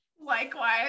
Likewise